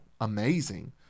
amazing